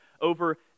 over